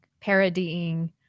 parodying